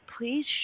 please